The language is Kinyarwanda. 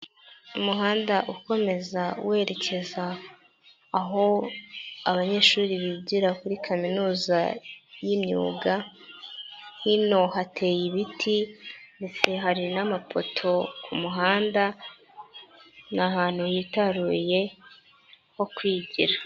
Umuhanda ukomeza werekeza aho abanyeshuri bigira kuri kaminuza y'imyuga, hino hateye ibiti ndetse hari n'amapoto ku muhanda ni ahantu hitaruye ho kwigira.